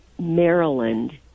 Maryland